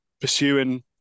pursuing